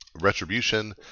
Retribution